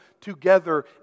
together